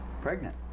pregnant